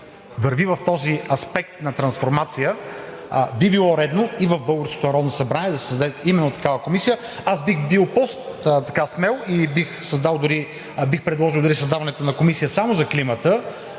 върви в този аспект на трансформация, би било редно и в българското Народно събрание да се създаде именно такава комисия. Аз бих бил по-смел и бих предложил дори създаването на комисия само за климата,